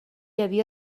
havia